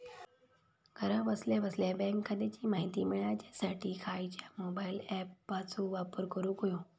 घरा बसल्या बसल्या बँक खात्याची माहिती मिळाच्यासाठी खायच्या मोबाईल ॲपाचो वापर करूक होयो?